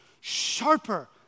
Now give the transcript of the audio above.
sharper